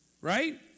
right